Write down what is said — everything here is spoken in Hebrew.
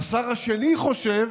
והשר השני חושב